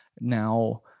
now